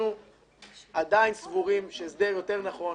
אנחנו עדיין סבורים שהסדר יותר נכון